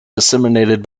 disseminated